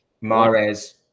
Mares